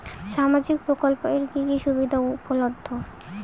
সামাজিক প্রকল্প এর কি কি সুবিধা উপলব্ধ?